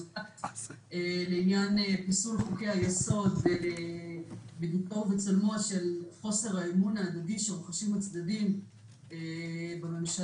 לעניין תיקון חוקי-היסוד בשל חוסר האמון ההדדי שרוכשים הצדדים בממשלה,